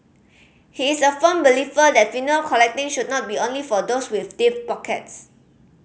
he is a firm believer that vinyl collecting should not be only for those with deep pockets